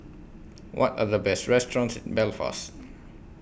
What Are The Best restaurants in Belfast